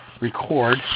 record